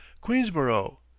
queensborough